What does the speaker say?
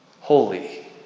Holy